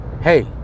hey